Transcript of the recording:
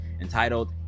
entitled